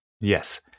yes